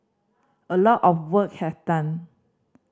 a lot of work has done